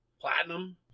platinum